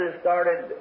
started